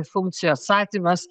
funkcijų atstatymas